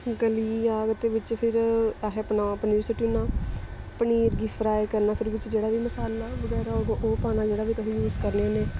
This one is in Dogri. गली जाह्ग ते बिच्च फिर असें पाना ओह् पनीर सुट्टी ओड़ना पनीर गी फ्राई करना फिर बिच्च जेह्ड़ा बी मसाला बगैरा होग ओह् पाना जेह्ड़ा बी तुस यूज़ करने होन्ने